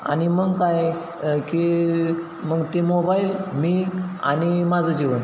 आणि मग काय की मग ते मोबाईल मी आणि माझं जीवन